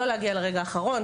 לא להגיע לרגע האחרון.